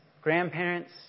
grandparents